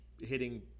hitting